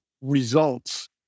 results